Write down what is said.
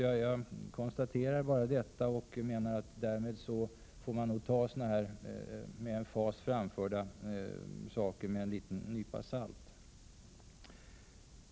Jag bara konstaterar detta och menar att vi därmed får ta med emfas framförda uttalanden med en liten nypa salt.